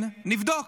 כן, נבדוק.